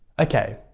ok,